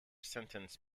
sentence